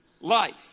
life